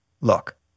Look